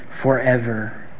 forever